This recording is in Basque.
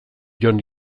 jon